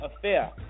Affair